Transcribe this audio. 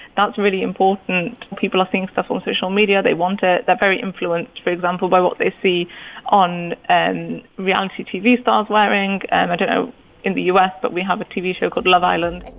that's really important. people are seeing stuff on social media. they want it. they're very influenced, for example, by what they see on and reality tv stars wearing. and i don't know in the u s, but we have a tv show called love island.